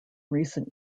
recent